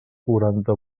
quaranta